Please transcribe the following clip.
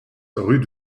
rue